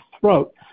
throat